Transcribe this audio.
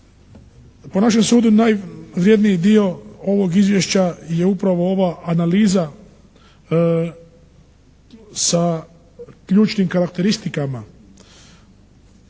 Po našem sudu najvrjedniji dio ovog Izvješće je upravo ova analiza sa ključnim karakteristikama